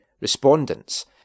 respondents